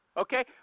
Okay